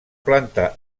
planta